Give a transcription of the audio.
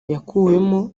yakuwemo